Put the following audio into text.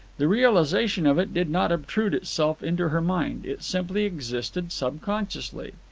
the realization of it did not obtrude itself into her mind, it simply existed subconsciously.